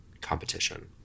competition